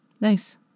nice